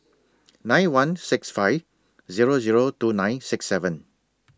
nine one six five Zero Zero two nine six seven